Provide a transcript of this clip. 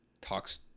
talks